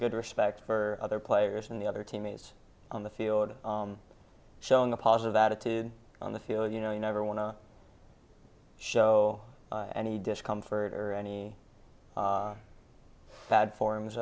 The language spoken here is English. good respect for other players and the other team mates on the field showing a positive attitude on the field you know you never want to show any discomfort or any bad forms